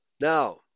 Now